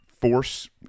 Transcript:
force